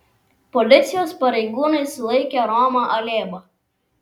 policijos pareigūnai sulaikė romą alėbą